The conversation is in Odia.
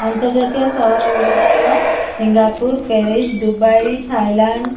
ଅନ୍ତର୍ଜାତୀୟ ସହର ଗୁଡ଼ିକ ହେଲା ସିଙ୍ଗାପୁର ପ୍ୟାରିସ ଦୁବାଇ ଥାଇଲାଣ୍ଡ